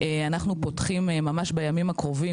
אנחנו פותחים ממש בימים הקרובים,